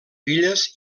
filles